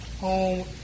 home